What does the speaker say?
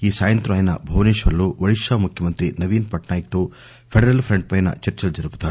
ఈ సాయంత్రం ఆయన భువనేశ్వర్లో ఒడిశా ముఖ్యమంత్రి నవీన్ పట్నాయక్తో ఫెడరల్ ఫంట్పై చర్చ జరుపుతారు